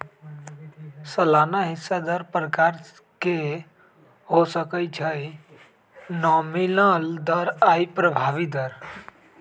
सलाना हिस्सा दर प्रकार के हो सकइ छइ नॉमिनल दर आऽ प्रभावी दर